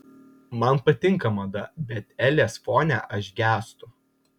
man patinka mada bet elės fone aš gęstu